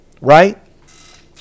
right